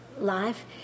life